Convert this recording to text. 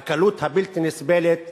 שלך בטרור חברת הכנסת מירי